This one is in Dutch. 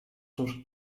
soms